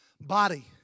Body